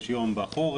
יש יום בחורף,